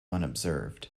unobserved